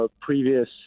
previous